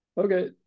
Okay